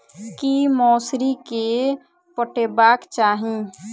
की मौसरी केँ पटेबाक चाहि?